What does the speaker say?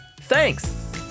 Thanks